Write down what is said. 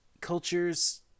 Cultures